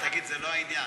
זה לא העניין,